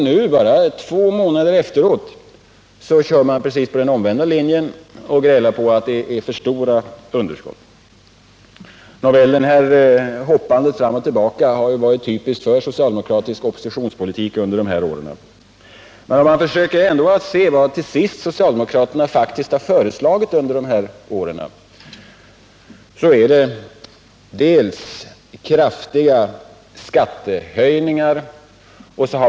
Nu, bara två månader senare, följer man den motsatta linjen och grälar över de för stora underskotten. Detta hoppande fram och tillbaka har varit typiskt för socialdemokratisk oppositionspolitik under de gångna åren. Om man försöker se efter vad socialdemokraterna egentligen har föreslagit under dessa år så är det till att börja med kraftiga skattehöjningar.